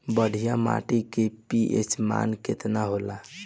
बढ़िया माटी के पी.एच मान केतना होला?